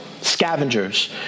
scavengers